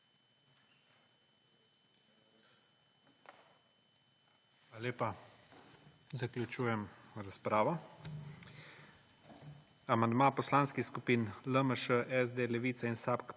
lepa. Zaključujem razpravo. Amandma Poslanskih skupin LMŠ, SD, Levica in SAB